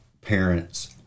parents